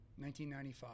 1995